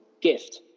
gift